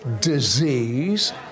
disease